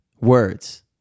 words